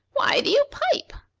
why do you pipe?